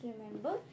remember